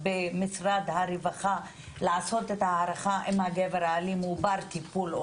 במשרד הרווחה לעשות את הערכה אם הגבר האלים הוא בר טיפול,